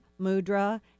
mudra